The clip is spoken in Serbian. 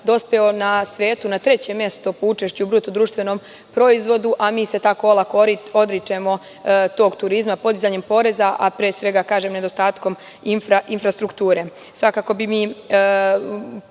dospeo u svetu na treće mesto po učešću BDP, a mi se tako olako odričemo tog turizma, podizanjem poreza, a pre svega, kažem, nedostatka infrastrukture.